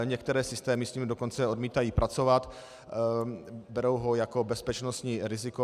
Některé systémy s ním dokonce odmítají pracovat, berou ho jako bezpečnostní riziko.